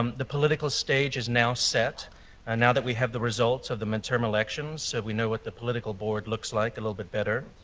um the political stage is now set and now that we have the results of the midterm elections so we know what the political board looks like a little bit better.